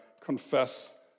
confess